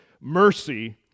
mercy